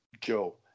joe